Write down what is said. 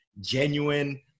genuine